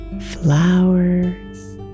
flowers